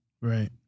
Right